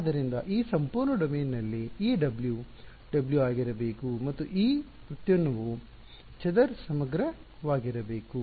ಆದ್ದರಿಂದ ಈ ಸಂಪೂರ್ಣ ಡೊಮೇನ್ನಲ್ಲಿ ಈ W W ಆಗಿರಬೇಕು ಮತ್ತು ಈ ವ್ಯುತ್ಪನ್ನವು ಚದರ ಸಮಗ್ರ ವಾಗಿರಬೇಕು